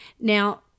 Now